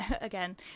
again